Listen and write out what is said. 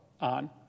on